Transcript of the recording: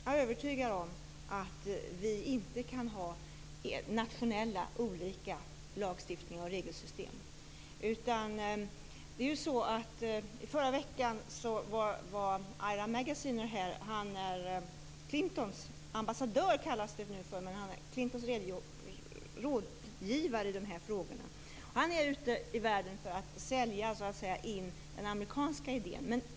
Jag är övertygad om att vi inte kan ha nationella olika lagar och regelsystem. I förra veckan var Ira Magaziner här. Han kallas för Clintons ambassadör men är Clintons rådgivare i de här frågorna. Han är ute i världen för att sälja in den amerikanska idén.